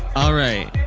all right.